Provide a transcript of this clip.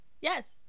Yes